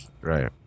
Right